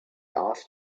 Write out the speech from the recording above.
asked